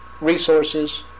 resources